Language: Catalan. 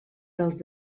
dels